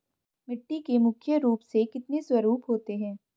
मिट्टी के मुख्य रूप से कितने स्वरूप होते हैं?